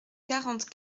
quarante